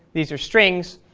these are strings,